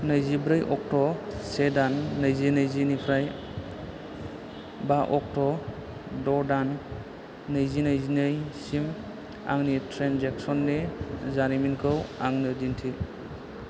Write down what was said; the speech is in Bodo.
नैजिब्रै अक्ट' से दान नैजि नैजिनिफ्राय बा अक्ट' द' दान नैजि नैजिनैसिम आंनि ट्रेन्जेकसननि जारिमिनखौ आंनो दिन्थि